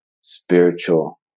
spiritual